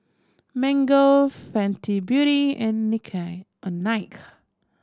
Mango Fenty Beauty and Nike